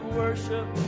worship